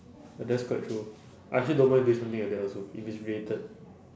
ah that's quite true I actually don't mind doing something like that also if it's related